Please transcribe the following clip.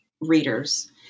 readers